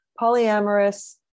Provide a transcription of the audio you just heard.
polyamorous